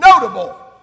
notable